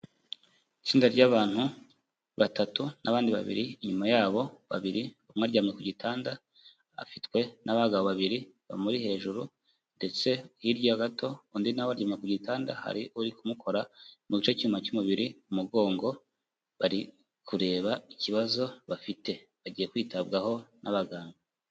Itsinda ry'abantu batatu n'abandi babiri, inyuma yabo babiri umwe aryamye ku gitanda afitwe n'abagabo babiri bamuri hejuru ndetse hirya yabo gato undi nawe aryamye ku gitanda hari uri kumukora mu gice k'inyuma cy'umubiri umugongo bari kureba ikibazo bafite bagiye kwitabwaho n'abaganga.